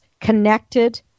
connected